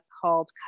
called